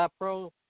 Pro